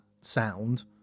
sound